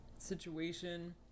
situation